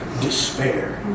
Despair